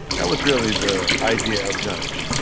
that was really the idea of nudge,